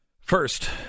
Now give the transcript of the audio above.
first